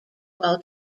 while